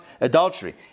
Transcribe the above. adultery